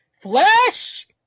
flesh